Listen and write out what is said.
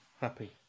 happy